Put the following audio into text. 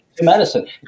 Medicine